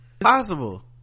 possible